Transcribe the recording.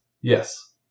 Yes